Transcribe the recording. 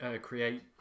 create